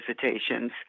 visitations